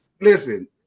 Listen